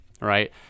right